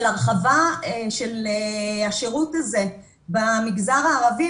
השירות הזה במגזר הערבי,